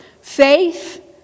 faith